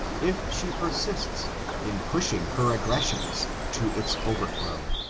if she persists in pushing her aggressions to its over throw